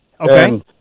Okay